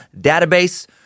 database